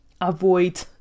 avoid